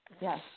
yes